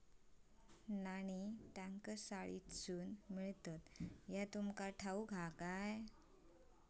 नाणी टांकसाळीतसून मिळतत ह्या तुमका ठाऊक हा काय